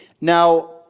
Now